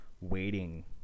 waiting